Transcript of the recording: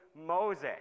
Moses